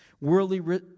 Worldly